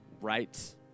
right